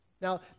now